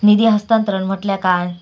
निधी हस्तांतरण म्हटल्या काय?